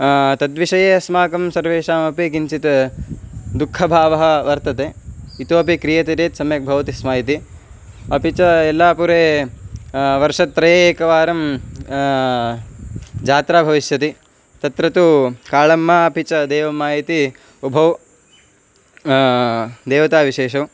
तद्विषये अस्माकं सर्वेषामपि किञ्चित् दुःखभावः वर्तते इतोपि क्रियते चेत् सम्यक् भवति स्म इति अपि च यल्लापुरे वर्षत्रये एकवारं जात्रा भविष्यति तत्र तु काळम्मा अपि च देवम्मा इति उभौ देवताविशेषौ